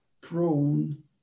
prone